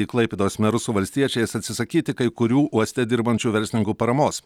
į klaipėdos merus su valstiečiais atsisakyti kai kurių uoste dirbančių verslininkų paramos